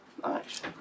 Nice